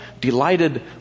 delighted